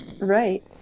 right